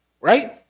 right